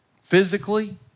physically